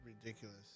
ridiculous